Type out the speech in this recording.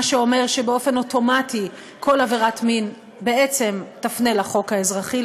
מה שאומר שבאופן אוטומטי כל עבירת מין תפנה לחוק האזרחי,